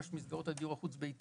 ממש מסגרות של הדיור החוץ-ביתי